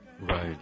Right